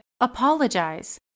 apologize